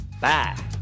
bye